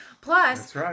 Plus